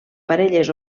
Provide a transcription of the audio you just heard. parelles